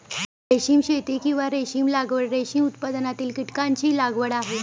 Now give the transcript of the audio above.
रेशीम शेती, किंवा रेशीम लागवड, रेशीम उत्पादनातील कीटकांची लागवड आहे